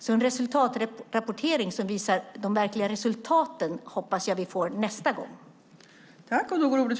Jag hoppas därför att vi nästa gång får en resultatrapportering som visar de verkliga resultaten.